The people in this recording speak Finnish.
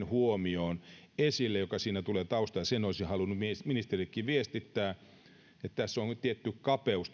huomioon joka siinä tulee taustana esille sen olisin halunnut ministerillekin viestittää että tässä lähestymistavassa on tietty kapeus